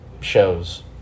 shows